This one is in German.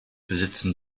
besitzen